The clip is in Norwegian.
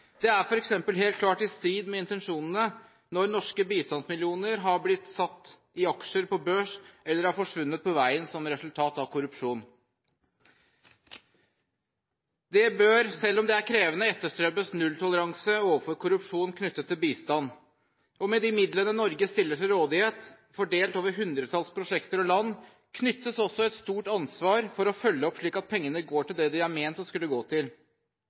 Det er f.eks. helt klart i strid med intensjonene når norske bistandsmillioner har blitt satt i aksjer på børs eller har forsvunnet på veien, som et resultat av korrupsjon. Det bør, selv om det er krevende, etterstrebes nulltoleranse overfor korrupsjon knyttet til bistand. Med de midlene Norge stiller til rådighet, fordelt over et hundretalls prosjekter og land, påhviler det oss også et stort ansvar for å følge opp, slik at pengene går til det som de ment å skulle gå til.